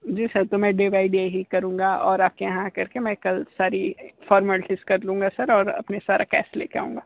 जी sir तो मैं day by day ही करूंगा और आपके यहाँ आकर के मैं कल सारी फॉर्मलिटीज़ कर लूँगा सर और अपना सारा कैश लेकर आऊंगा